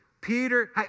Peter